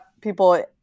people